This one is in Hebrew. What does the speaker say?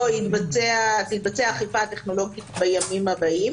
תתבצע האכיפה הטכנולוגית בימים הבאים.